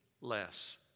less